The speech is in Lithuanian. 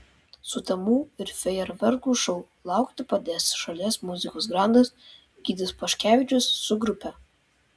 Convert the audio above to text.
sutemų ir fejerverkų šou laukti padės šalies muzikos grandas gytis paškevičius su grupe